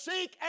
seek